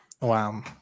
Wow